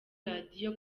radiyo